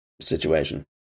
situation